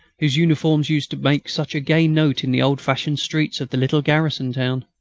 whose uniforms used to make such a gay note in the old-fashioned streets of the little garrison town?